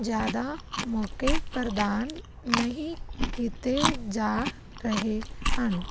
ਜ਼ਿਆਦਾ ਮੌਕੇ ਪ੍ਰਦਾਨ ਨਹੀਂ ਕੀਤੇ ਜਾ ਰਹੇ ਹਨ